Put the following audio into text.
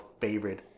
favorite